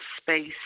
space